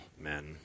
men